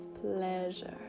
pleasure